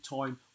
time